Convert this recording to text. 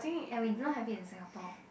and we do not have it in Singapore